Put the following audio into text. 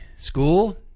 School